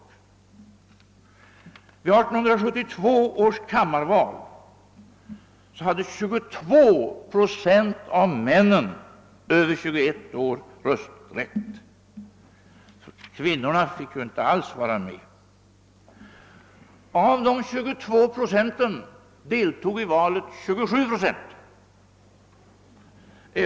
Vid 1872 års andrakammarval hade 22 procent av männen Över 21 år rösträtt — kvinnorna fick ju inte alls deltaga i valet. Den andel av de röstberättigade som deltog utgjorde emellertid bara 27 procent av dessa män.